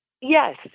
Yes